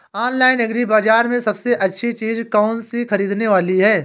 Online agri बाजार में सबसे अच्छी चीज कौन सी ख़रीदने वाली है?